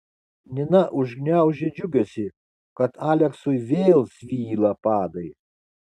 nina užgniaužė džiugesį kad aleksui vėl svyla padai